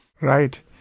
Right